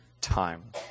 time